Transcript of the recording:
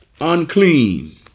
unclean